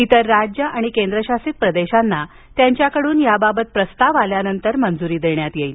इतर राज्य आणि केंद्रशासित प्रदेशांना त्यांच्याकडून याबाबत प्रस्ताव आल्यानंतर मंजुरी देण्यात येईल